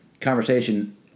conversation